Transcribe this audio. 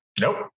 Nope